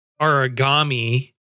origami